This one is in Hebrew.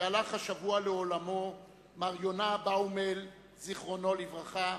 שהלך השבוע לעולמו, מר יונה באומל, זיכרונו לברכה.